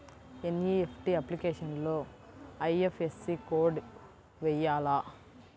NEFT అప్లికేషన్లో IFSC code వేయాలా?